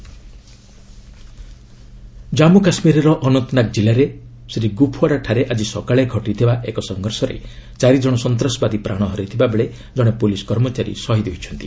କେକେ encounter Jammu କାଶ୍କୀରର ଅନନ୍ତନାଗ ଜିଲ୍ଲାରେ ଶ୍ରୀଗୁଫ୍ୱାଡା ଠାରେ ଆଜି ସକାଳେ ଘଟିଥିବା ଏକ ସଂଘର୍ଷରେ ଚାରିଜଣ ସନ୍ତାସବାଦୀ ପ୍ରାଣ ହରାଇଥିବା ବେଳେ ଜଣେ ପୁଲିସ୍ କର୍ମଚାରୀ ଶହିଦ୍ ହୋଇଛନ୍ତି